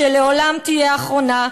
שלעולם תהיה אחרונה,